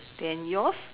then yours